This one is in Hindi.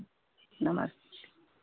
नमस्ते